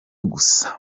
gusa